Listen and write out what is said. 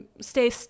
stay